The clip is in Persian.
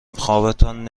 خوابتان